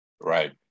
Right